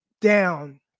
down